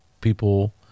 people